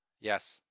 Yes